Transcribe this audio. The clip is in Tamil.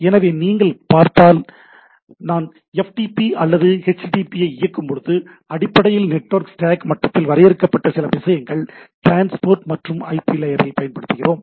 எனவே நீங்கள் பார்த்தீர்கள் என்றால் நாம் எஃப்டிபி அல்லது ஹச்டிடிபி ஐ இயக்கும் போது அடிப்படையில் நெட்வொர்க் ஸ்டேக் மட்டத்தில் வரையறுக்கப்பட்ட சில விஷயங்கள் டிரான்ஸ்போர்ட் மற்றும் ஐபி லேயரில் பயன்படுத்துகிறோம்